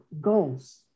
goals